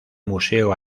museo